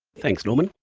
thanks norman.